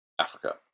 Africa